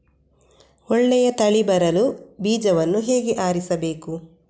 ಒಳ್ಳೆಯ ತಳಿ ಬರಲು ಬೀಜವನ್ನು ಹೇಗೆ ಆರಿಸಬೇಕು?